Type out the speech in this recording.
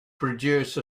produce